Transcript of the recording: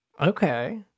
Okay